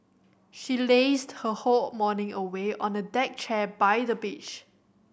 she lazed her whole morning away on a deck chair by the beach